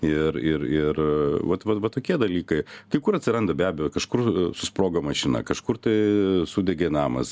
ir ir ir vat vat va tokie dalykai kai kur atsiranda be abejo kažkur susprogo mašina kažkur tai sudegė namas